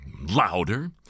louder